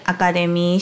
Academy